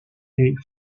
est